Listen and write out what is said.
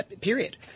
Period